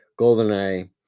GoldenEye